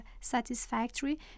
satisfactory